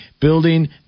Building